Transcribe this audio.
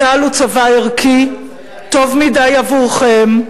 צה"ל הוא צבא ערכי, טוב מדי עבורכם.